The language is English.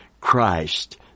Christ